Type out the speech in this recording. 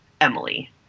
Emily